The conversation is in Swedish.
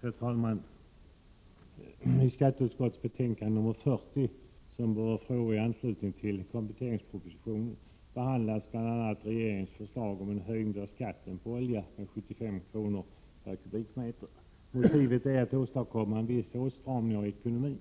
Herr talman! I skatteutskottets betänkande nr 40 som berör frågor i anslutning till kompletteringspropositionen behandlas bl.a. regeringens förslag om en höjning av skatten på olja med 75 kr. per m?. Motivet är att åstadkomma en viss åtstramning av ekonomin.